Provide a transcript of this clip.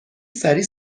سریع